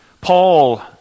Paul